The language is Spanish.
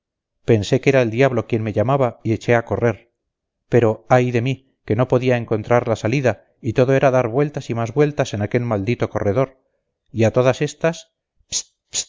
pensé que era el diablo quien me llamaba y eché a correr pero ay de mí que no podía encontrar la salida y todo era dar vueltas y más vueltas en aquel maldito corredor y a todas estas